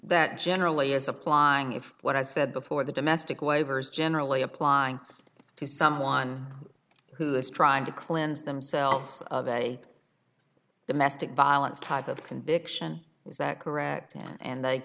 generally is applying if what i said before the domestic waivers generally apply to someone who is trying to cleanse themselves of a domestic violence type of conviction is that correct and